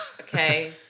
Okay